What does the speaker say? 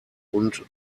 und